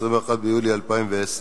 21 ביולי 2010,